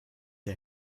der